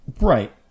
Right